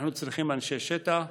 אנחנו צריכים אנשי שטח,